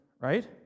right